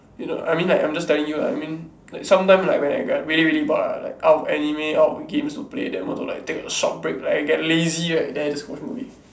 you know I mean like I'm just telling you lah I mean like sometime like when I get really really bored ah like out of anime out of games to play then want to like take a short break like I get lazy right then I just watch movie